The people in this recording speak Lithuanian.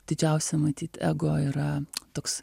didžiausia matyt ego yra toks